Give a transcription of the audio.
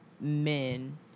men